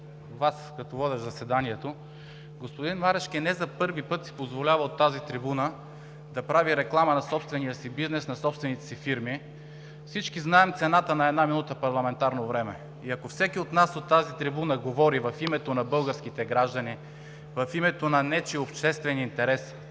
Вас като водещ заседанието. Господин Марешки не за първи път си позволява от тази трибуна да прави реклама на собствения си бизнес, на собствените си фирми. Всички знаем цената на една минута парламентарно време и ако всеки от нас от тази трибуна говори в името на българските граждани, в името на нечий обществен интерес